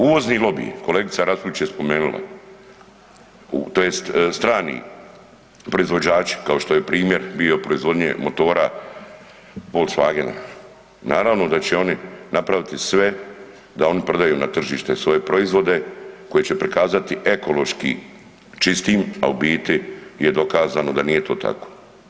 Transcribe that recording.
Uvozni lobiji, kolegica Raspudić je spomenula, tj. strani proizvođači kao što je primjer bio proizvodnje motora volkswagena, naravno da će oni napraviti sve da oni prodaju na tržište svoje proizvode koje će prikazati ekološki čistim, a u biti je dokazano da nije to tako.